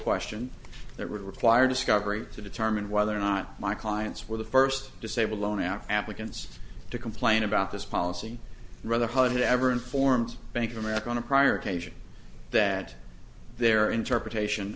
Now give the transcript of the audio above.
question that would require discovery to determine whether or not my clients were the first disabled loaner applicants to complain about this policy rather hard to ever informed bank of america on a prior occasion that their interpretation